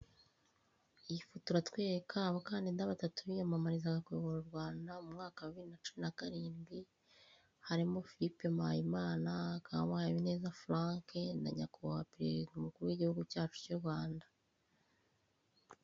Iyi foto uratwereka abakandida batatu biyamamarizaga kuyobora u Rwanda mu mwaka wa bibiri na cumi na karindwi harimo Filipe Muyimana, harimo Habineza Frank na nyakubahwa perezida w'igihugu cyacu cy'u Rwanda.